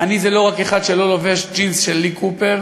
עני זה לא רק אחד שלא לובש ג'ינס של "לי קופר".